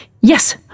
Yes